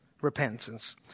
repentance